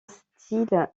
style